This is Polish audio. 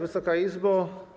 Wysoka Izbo!